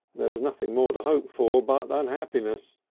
there was nothing more to hope for but unhappiness.